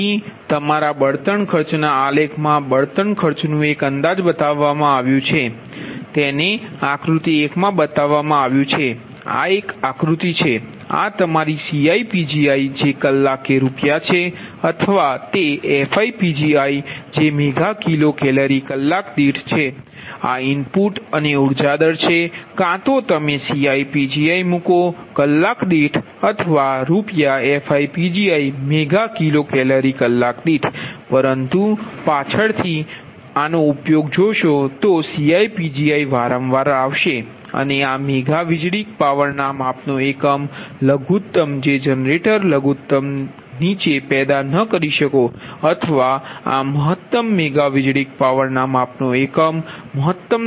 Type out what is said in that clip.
તેથી તમારા બળતણ ખર્ચના આલેખમાં બળતણ ખર્ચનું એક અંદાજ બતાવવામાં આવ્યું છે તેને આકૃતિ 1 માં બતાવવામાં આવ્યું છે આ 1 આકૃતિ છે આ તમારી CiPgi જે કલાકે રૂપિયા છે અથવા તે FiPgi જે મેગા કિલો કેલરી કલાક દીઠ છે આ ઇનપુટ અને ઉર્જા દર છે કાં તો તમે CiPgi મૂકો કલાક દીઠ અથવા રૂપિયા FiPgi મેગા કિલો કેલરી કલાક દીઠ પરંતુ પાછળથી ઉપયોગ જોશો તો CiPgiવારંવાર આવશે અને આ મેગા વીજળિક પાવરના માપનો એકમ લઘુત્તમ જે જનરેટર લઘુત્તમ નીચે પેદા ન કરી શકો અથવા આ મહત્તમ મેગા વીજળિક પાવરના માપનો એકમ મહત્તમ થઇ શકે છે